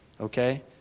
Okay